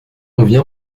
revient